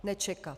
Nečekat.